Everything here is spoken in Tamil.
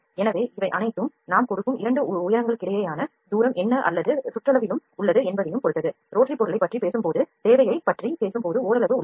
எனவே இவை அனைத்தும் நாம் கொடுக்கும் 2 உயரங்களுக்கிடையேயான தூரம் என்ன அல்லது சுற்றளவிலும் உள்ளது என்பதைப் பொறுத்தது ரோட்டரி பொருளைப் பற்றி பேசும்போதும் தேவையைப் பற்றி பேசும்போதும் ஓரளவு உள்ளது